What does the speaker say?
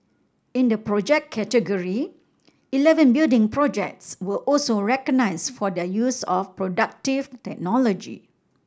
in the Project category eleven building projects were also recognised for their use of productive technology